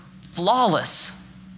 flawless